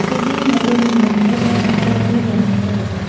រូបរាងនៃរន្ធនីមួយៗត្រូវបានជ្រើសរើសយ៉ាងយកចិត្តទុកដាក់។